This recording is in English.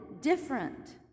different